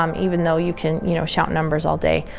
um even though you can you know shout numbers all day.